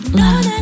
love